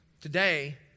Today